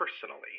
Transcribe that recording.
personally